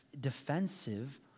defensive